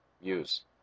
use